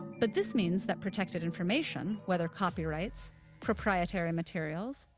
but this means that protected information, whether copyrights proprietary materials,